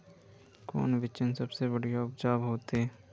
कौन बिचन सबसे बढ़िया उपज होते?